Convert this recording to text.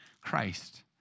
Christ